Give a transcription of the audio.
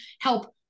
help